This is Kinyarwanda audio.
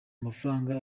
amafaranga